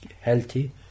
healthy